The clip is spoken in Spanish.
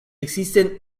existen